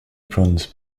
bronze